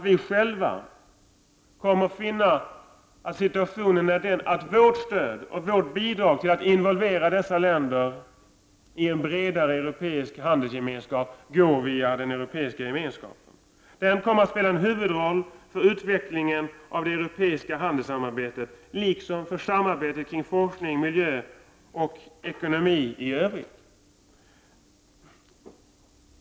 Vi kommer att finna att situationen blir den att vårt stöd och bidrag till att involvera dessa länder i en bredare europeisk handelsgemenskap går via den europeiska gemenskapen. Den europeiska gemenskapen kommer att spela en huvudroll för utvecklingen av det europeiska handelssamarbetet liksom för samarbetet kring forskning, miljö och ekonomi i övrigt.